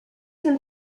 them